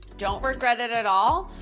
don't regret it at all,